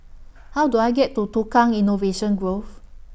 How Do I get to Tukang Innovation Grove